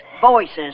Voices